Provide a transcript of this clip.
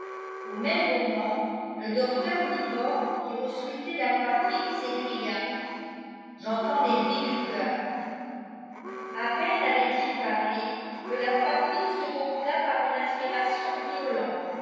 au même moment le docteur nibor qui auscultait la poitrine s'écria j'entends les bruits du coeur à peine avait-il parié que la poitrine se gonfla par une aspiration violente